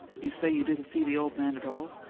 you say you didn't see the old man at all?